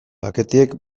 paketeak